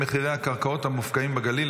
בנושא: מחירי הקרקעות המופקעים בגליל.